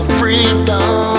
freedom